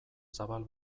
zabal